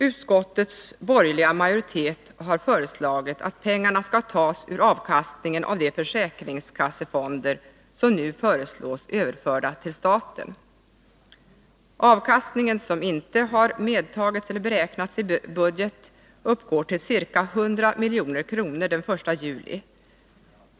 Utskottets borgerliga majoritet har föreslagit att pengarna skall tas ur avkastningen av de försäkringskassefonder som nu föreslås överförda till staten. Avkastningen, som inte har medtagits i budget, uppgår till ca 100 miljoner den 1 juli.